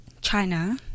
China